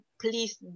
please